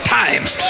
times